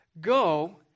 go